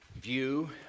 view